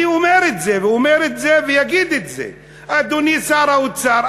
אני אומר את זה ואגיד את זה: אדוני שר האוצר,